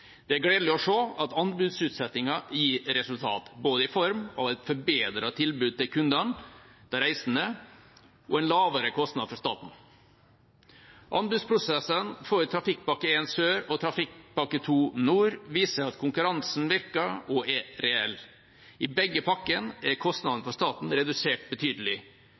Det er gledelig å se at anbudsutsettingen gir resultat, i form av både et forbedret tilbud til kundene, de reisende, og en lavere kostnad for staten. Anbudsprosessene for Trafikkpakke 1 Sør og Trafikkpakke 2 Nord viser at konkurransen virker og er reell. I begge pakkene er kostnadene for staten redusert betydelig.